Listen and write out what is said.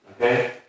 Okay